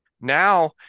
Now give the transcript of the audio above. Now